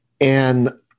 And-